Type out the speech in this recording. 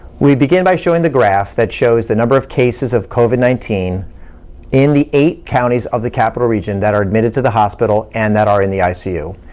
we begin by showing the graph that shows the number of cases of covid nineteen in the eight counties of the capital region that are admitted to the hospital, and that are in the icu.